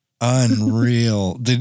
Unreal